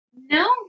No